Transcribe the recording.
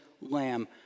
lamb